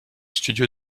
studio